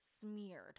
smeared